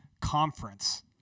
conference